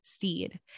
Seed